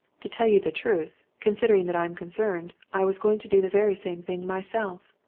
to tell you the truth, considering that i'm concerned, i was going to do the very same thing myself.